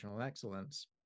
excellence